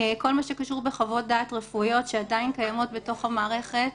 כל מה שקשור בחוות דעת רפואיות שעדין קיימות בתוך המערכת,